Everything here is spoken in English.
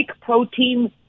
protein